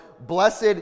Blessed